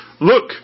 Look